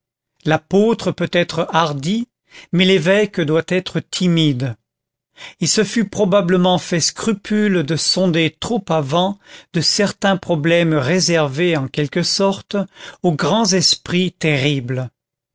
l'apôtre peut être hardi mais l'évêque doit être timide il se fût probablement fait scrupule de sonder trop avant de certains problèmes réservés en quelque sorte aux grands esprits terribles